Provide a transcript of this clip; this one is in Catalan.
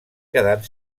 quedant